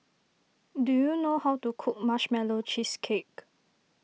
do you know how to cook Marshmallow Cheesecake